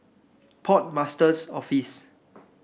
Port Master's Office